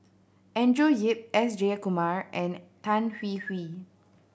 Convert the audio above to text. Andrew Yip S Jayakumar and Tan Hwee Hwee